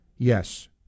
Yes